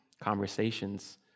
conversations